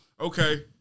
Okay